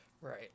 Right